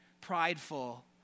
prideful